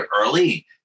early